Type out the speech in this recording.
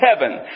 heaven